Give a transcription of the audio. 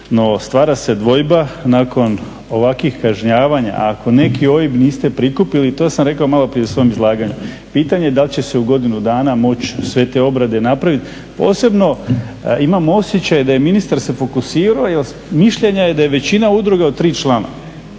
stvara se dvojba nakon ovakvih kažnjavanja, ako neki OIB niste prikupili, to sam maloprije u svom izlaganju, pitanje da li će se u godini dana moći sve te obrade napraviti. Posebno imamo osjećaj da se ministar fokusirao jer mišljenja je da većina udruga od tri člana.